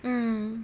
mm